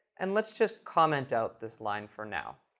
and let's just comment out this line for now.